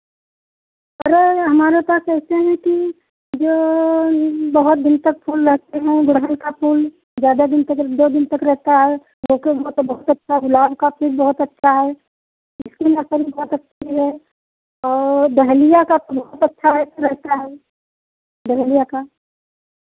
sir हमारे पास ऐसे हैं कि कि जो बहुत दिन तक फूल लगते हैं गुड़हल का फूल ज़्यादा दिन तक दो दिन तक रहता है हुआ तो बहुत अच्छा ग़ुलाब का फूल बहुत अच्छा है इसकी नर्सरी बहुत अच्छी है और डहेलिया का फूल बहुत अच्छा है रहता है डहेलिया का